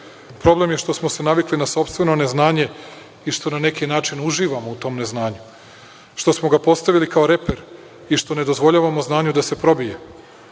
Problem je što smo se navikli na sopstveno neznanje i što na neki način uživamo u tom neznanju, što smo ga postavili kao reper i što ne dozvoljavamo znanju da se probije,